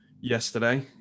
yesterday